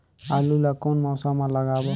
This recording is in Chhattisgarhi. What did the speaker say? आलू ला कोन मौसम मा लगाबो?